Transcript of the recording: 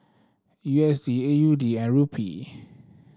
U S D A U D and Rupee